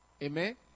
Amen